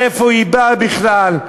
מאיפה היא באה בכלל?